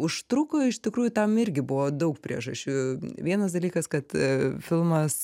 užtruko iš tikrųjų tam irgi buvo daug priežasčių vienas dalykas kad filmas